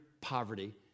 poverty